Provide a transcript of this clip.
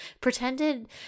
Pretended